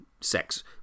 sex